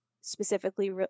specifically